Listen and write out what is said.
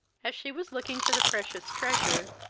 as she was looking for the precious treasure,